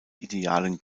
idealen